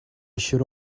should